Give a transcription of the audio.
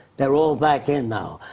they're all back in now.